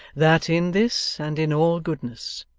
that in this and in all goodness,